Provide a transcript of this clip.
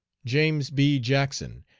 james b. jackson,